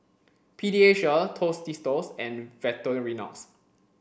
Pediasure Tostitos and Victorinox